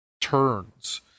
turns